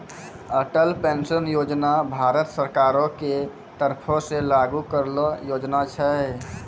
Atal pension Yojana Bharat सरकारो के तरफो से लागू करलो योजना छै